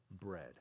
bread